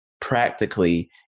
practically